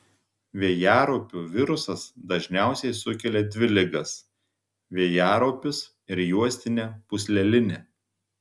vėjaraupių virusas dažniausiai sukelia dvi ligas vėjaraupius ir juostinę pūslelinę